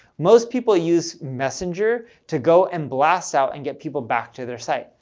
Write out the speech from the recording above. most people use messenger to go and blast out and get people back to their site.